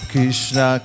Krishna